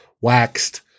waxed